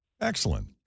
Excellent